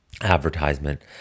advertisement